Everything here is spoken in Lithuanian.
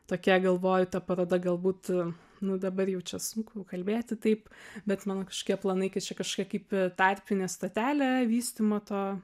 tokia galvoju ta paroda galbūt nu dabar jau čia sunku kalbėti taip bet mano kažkokie planai kad čia kažkokia kaip tarpinė stotelė vystymo to